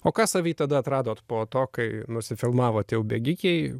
o ką savy tada atradot po to kai nusifilmavot jau bėgikėj